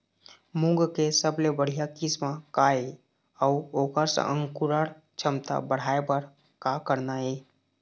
मूंग के सबले बढ़िया किस्म का ये अऊ ओकर अंकुरण क्षमता बढ़ाये बर का करना ये?